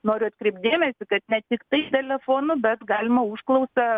noriu atkreipt dėmesį kad ne tiktai telefonu bet galima užklausą